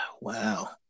Wow